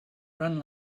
run